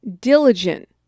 diligent